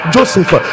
Joseph